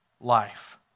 life